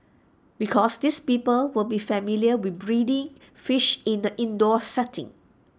because these people will be familiar with breeding fish in the indoor setting